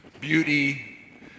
beauty